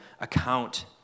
account